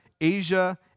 Asia